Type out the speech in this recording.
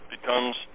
becomes